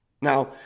Now